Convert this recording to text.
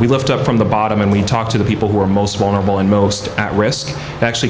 we lift up from the bottom and we talk to the people who are most vulnerable and most at risk actually